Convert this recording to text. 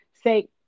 say